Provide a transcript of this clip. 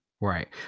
Right